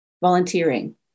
volunteering